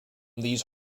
these